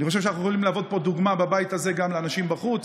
אני חושב שאנחנו יכולים להוות פה דוגמה בבית הזה גם לאנשים בחוץ